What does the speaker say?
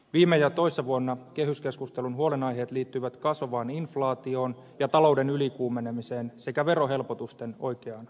viime ja toissa vuonna kehyskeskustelun huolenaiheet liittyivät kasvavaan inflaatioon ja talouden ylikuumenemiseen sekä verohelpotusten oikeaan ajoitukseen